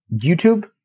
YouTube